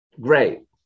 Great